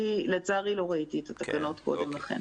לצערי, לא ראיתי את התקנות קודם לכן.